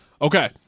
Okay